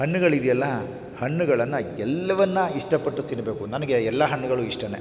ಹಣ್ಣುಗಳಿದ್ಯಲ್ಲ ಹಣ್ಣುಗಳನ್ನು ಎಲ್ಲವನ್ನು ಇಷ್ಟಪಟ್ಟು ತಿನ್ನಬೇಕು ನನಗೆ ಎಲ್ಲ ಹಣ್ಣುಗಳು ಇಷ್ಟನೇ